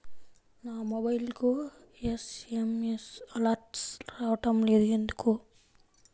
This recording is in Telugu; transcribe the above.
నా మొబైల్కు ఎస్.ఎం.ఎస్ అలర్ట్స్ రావడం లేదు ఎందుకు?